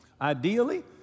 Ideally